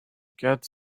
get